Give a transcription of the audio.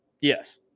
Yes